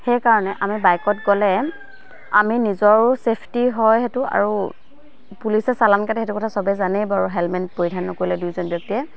সেইকাৰণে আমি বাইকত গ'লে আমি নিজৰো চেফটি হয় সেইটো আৰু পুলিচে চালান কাটে সেইটো কথা চবে জানেই বাৰু হেলমেট পৰিধান নকৰিলে দুয়োজন ব্যক্তিয়ে